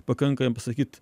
pakanka jam pasakyt